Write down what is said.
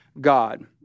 God